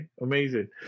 amazing